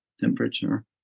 temperature